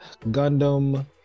gundam